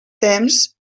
temps